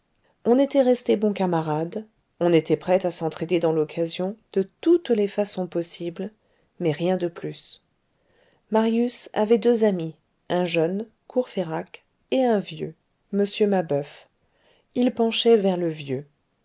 on était resté bons camarades on était prêt à s'entr'aider dans l'occasion de toutes les façons possibles mais rien de plus marius avait deux amis un jeune courfeyrac et un vieux m mabeuf il penchait vers le vieux